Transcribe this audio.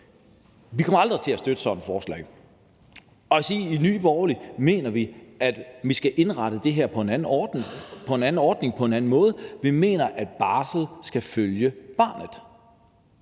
Vi kommer aldrig til at støtte sådan et forslag. Og jeg vil sige, at vi i Nye Borgerlige mener, at vi skal have indrettet det her på en anden måde med en anden ordning. Vi mener, at barslen skal følge barnet.